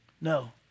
No